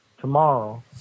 tomorrow